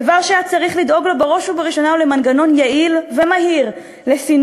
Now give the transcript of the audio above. הדבר שהיה צריך לדאוג לו בראש ובראשונה זה מנגנון יעיל ומהיר לסינון,